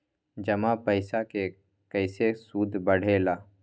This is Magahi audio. जमा पईसा के कइसे सूद बढे ला?